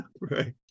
right